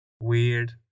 Weird